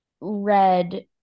red